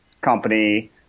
company